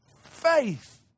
faith